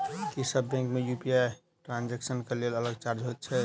की सब बैंक मे UPI transaction केँ लेल अलग चार्ज होइत अछि?